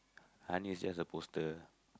aren't it just a poster